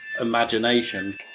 Imagination